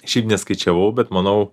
šiaip neskaičiavau bet manau